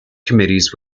committees